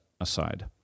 aside